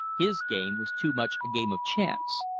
his game was too much a game of chance.